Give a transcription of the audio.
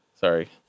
Sorry